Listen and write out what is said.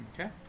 Okay